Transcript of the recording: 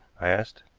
i asked.